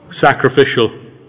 sacrificial